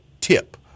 tip